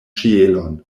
ĉielon